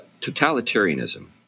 totalitarianism